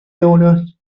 euros